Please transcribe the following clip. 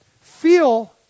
feel